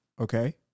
Okay